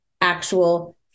actual